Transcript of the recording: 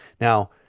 Now